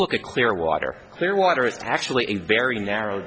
look at clearwater clearwater it's actually a very narrow